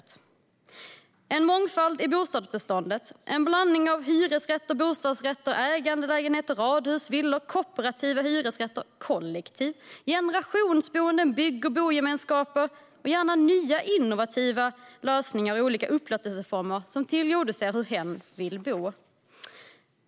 Vi behöver en mångfald i bostadsbeståndet, en blandning av hyresrätter, bostadsrätter, ägarlägenheter, radhus, villor, kooperativa hyresrätter, kollektiv, generationsboenden, bygg och bogemenskaper och gärna nya, innovativa lösningar och olika upplåtelseformer som tillgodoser hur hen vill bo.